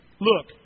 Look